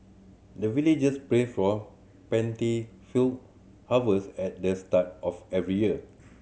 the villagers pray for plentiful harvest at the start of every year